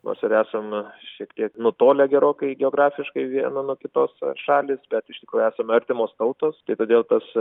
nors ir esame šiek tiek nutolę gerokai geografiškai viena nuo kitos šalys bet iš tikrųjų esame artimos tautos ir todėl tas